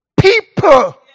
People